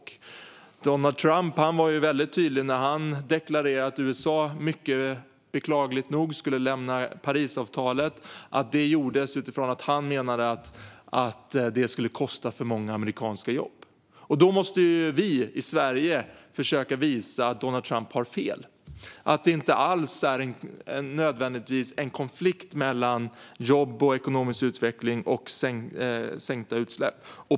När Donald Trump beklagligt nog deklarerade att USA skulle lämna Parisavtalet var han tydlig med att avtalet skulle kosta för många amerikanska jobb. Sverige måste därför försöka visa att Donald Trump har fel och att det inte behöver vara en konflikt mellan jobb och ekonomisk utveckling och sänkta utsläpp.